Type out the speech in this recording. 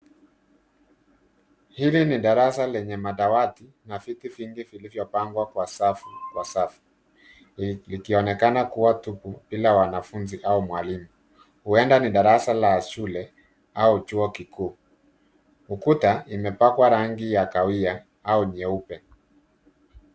Hili ni darasa lenye madawati na viti vingi vilivyopangwa kwa safu kwa safu ikionekana kuwa tupu bila wanafunzi au mwalimu huenda ni darasa la shule au chuo kikuu. Ukuta imepakwa rangi ya kahawia au nyeupe.